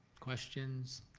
questions?